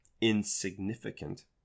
insignificant